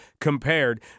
compared